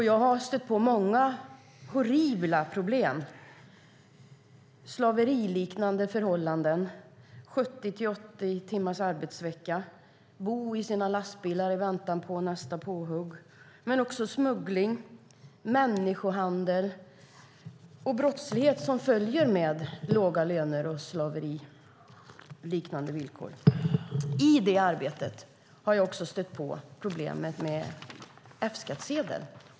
Jag har stött på många horribla problem, slaveriliknande förhållanden, 70-80 timmars arbetsvecka, boende i lastbilar i väntan på nästa påhugg, smuggling, människohandel och den brottslighet som följer med låga löner och slaveriliknande villkor. I det arbetet har jag också stött på problemet med F-skattsedel.